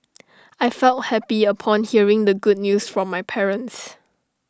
I felt happy upon hearing the good news from my parents